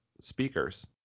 speakers